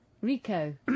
Rico